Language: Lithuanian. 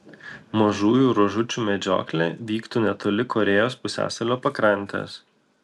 mažųjų ruožuočių medžioklė vyktų netoli korėjos pusiasalio pakrantės